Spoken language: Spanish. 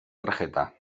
tarjeta